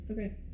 Okay